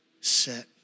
set